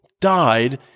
died